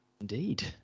indeed